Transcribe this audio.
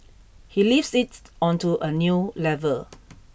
he lifts it onto a new level